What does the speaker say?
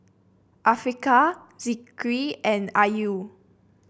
Afiqah Zikri and Ayu